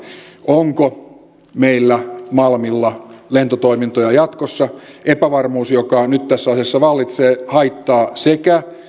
onko meillä malmilla lentotoimintoja jatkossa epävarmuus joka nyt tässä asiassa vallitsee haittaa